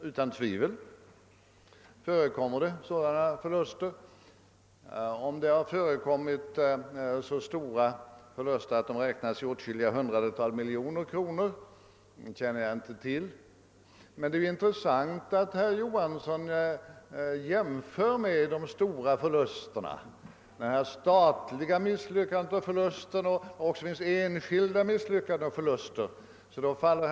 Utan tvivel förekommer det sådana förluster — om de har varit så stora att de kan räknas i åtskilliga hundratal miljoner kronor känner jag inte till. Det är emellertid intressant att herr Johansson i detta sammanhang drar en sådan parallell och menar att det förekommer statliga misslyckanden och förluster lika väl som enskilda.